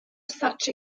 such